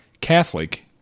Catholic—